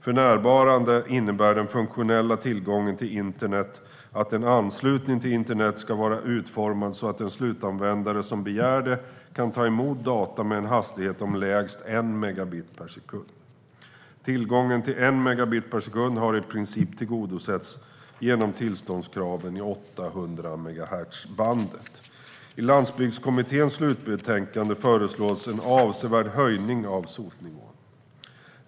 För närvarande innebär den funktionella tillgången till internet att en anslutning till internet ska vara utformad så att en slutanvändare som begär det kan ta emot data med en hastighet om lägst en megabit per sekund. Tillgången till en megabit per sekund har i princip tillgodosetts genom tillståndskraven i 800 MHz-bandet. I Landsbygdskommitténs slutbetänkande föreslås en avsevärd höjning av SOT-nivån.